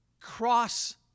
cross